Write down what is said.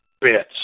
bits